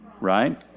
right